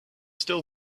still